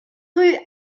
rue